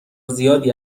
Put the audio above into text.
زیادی